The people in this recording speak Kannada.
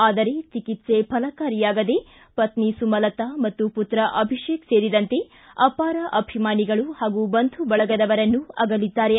ಆದರೆ ಚಿಕಿತ್ಸ ಫಲಕಾರಿಯಾಗದೇ ಪತ್ನಿ ಸುಮಲತಾ ಮತ್ತು ಪುತ್ರ ಅಭಿಷೇಕ್ ಸೇರಿದಂತೆ ಅಪಾರ ಅಭಿಮಾನಿಗಳು ಹಾಗೂ ಬಂಧು ಬಳಗದವರನ್ನು ಅಗಲಿದ್ದಾರೆ